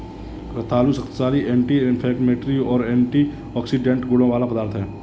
रतालू शक्तिशाली anti inflammatory और एंटीऑक्सीडेंट गुणों वाला पदार्थ है